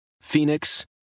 Phoenix